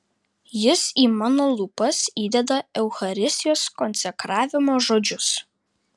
jis į mano lūpas įdeda eucharistijos konsekravimo žodžius